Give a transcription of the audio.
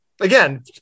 Again